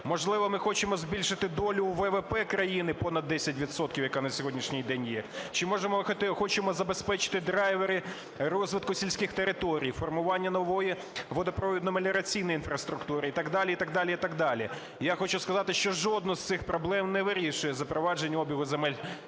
Можливо, ми хочемо збільшити долю ВВП країни понад 10 відсотків, яка на сьогоднішній день є? Чи, може, ми хочемо забезпечити драйвери розвитку сільських територій, формування нової водопровідномеліораційної інфраструктури і так далі, і так далі. Я хочу сказати, що жодну з цих проблем не вирішує запровадження обігу земель